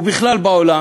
ובכלל בעולם,